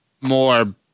more